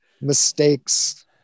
mistakes